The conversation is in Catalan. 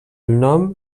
nom